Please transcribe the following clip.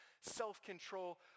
self-control